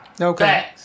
Okay